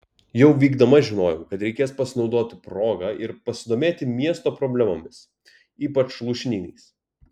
jau vykdama žinojau kad reikės pasinaudoti proga ir pasidomėti miesto problemomis ypač lūšnynais